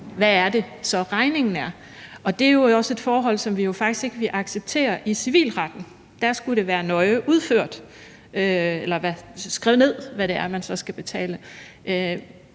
hvad det så er, regningen er. Og det er jo i øvrigt også et forhold, som vi jo faktisk ikke ville acceptere i civilretten. Der skal det være nøje udført, eller skrevet ned, hvad det er, man så skal betale.